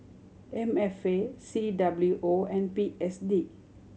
M F A C W O and P S D